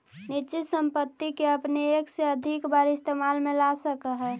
निश्चित संपत्ति के अपने एक से अधिक बार इस्तेमाल में ला सकऽ हऽ